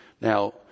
Now